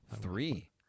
three